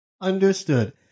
Understood